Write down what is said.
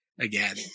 again